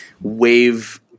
wave